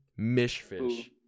Mishfish